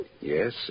Yes